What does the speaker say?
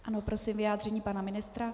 Ano, prosím vyjádření pana ministra